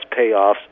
payoffs